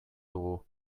dugu